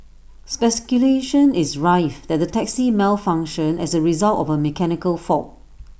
speculation is rife that the taxi malfunctioned as A result of A mechanical fault